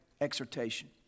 exhortation